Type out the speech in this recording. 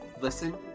Listen